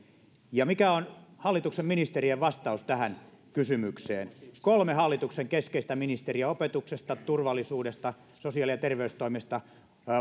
ja mikä on hallituksen ministerien vastaus tähän kysymykseen kolme hallituksen keskeistä ministeriä opetuksesta turvallisuudesta sosiaali ja terveystoimesta